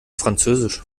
französisch